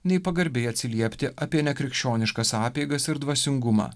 nei pagarbiai atsiliepti apie nekrikščioniškas apeigas ir dvasingumą